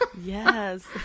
Yes